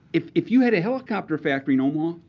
if if you had a helicopter factory in omaha,